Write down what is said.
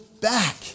back